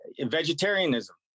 vegetarianism